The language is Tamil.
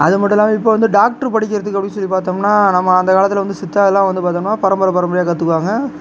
அது மட்டும் இல்லாமல் இப்போ வந்து டாக்டர் படிக்கிறதுக்கு அப்படின் சொல்லி வந்து பார்த்தோம்னா நம்ம அந்தக்காலத்தில் வந்து சித்தாலாம் வந்து பார்த்தோம்னா பரம்பரை பரம்பரையாக கற்றுப்பாங்க